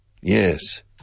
Yes